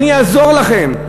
אני אעזור לכם,